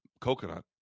coconut